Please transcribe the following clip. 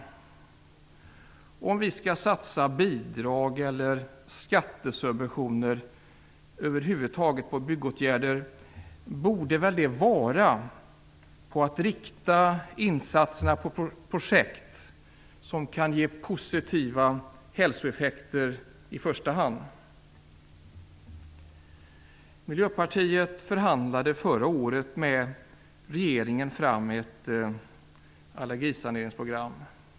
Om vi skall satsa på bidrag eller skattesubventioner på byggåtgärder över huvud taget, borde vi väl rikta insatserna på projekt som i första hand kan ge positiva hälsoeffekter. Miljöpartiet förhandlade förra året fram ett allergisaneringsprogram med regeringen.